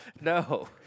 No